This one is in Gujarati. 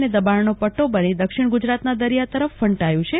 અને દબાણનો પદ્યો બની દક્ષિણ ગુજરાતના દરિયા તરફ ફંટાયુ છે